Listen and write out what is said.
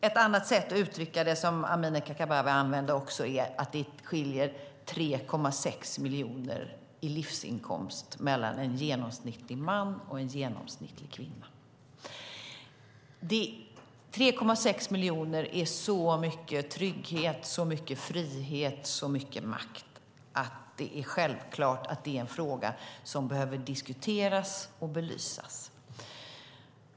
Ett annat sätt att uttrycka det - som Amineh Kakabaveh också använde - är att det skiljer 3,6 miljoner i livsinkomst mellan en genomsnittlig man och en genomsnittlig kvinna. 3,6 miljoner är så mycket trygghet, frihet och makt att det är självklart att det är en fråga som behöver diskuteras och belysas.